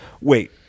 Wait